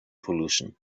pollution